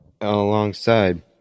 alongside